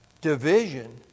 division